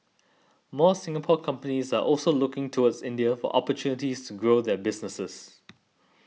more Singapore companies are also looking towards India for opportunities to grow their businesses